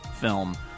film